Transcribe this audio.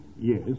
Yes